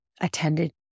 attended